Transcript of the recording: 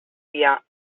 dia